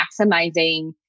maximizing